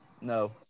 No